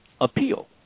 appeal